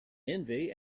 envy